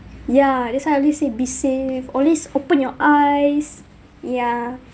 ya that's why I always say be safe always open your eyes yeah